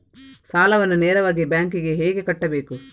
ಸಾಲವನ್ನು ನೇರವಾಗಿ ಬ್ಯಾಂಕ್ ಗೆ ಹೇಗೆ ಕಟ್ಟಬೇಕು?